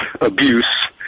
abuse